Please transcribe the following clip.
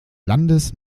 landes